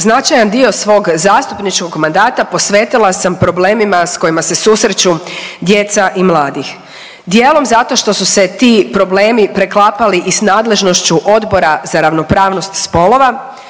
Značajan dio svog zastupničkog mandata posvetila sam problemima s kojima se susreću djeca i mladi. Dijelom zato što su se ti problemi preklapali i s nadležnošću Odbora za ravnopravnost spolova,